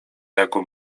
jaką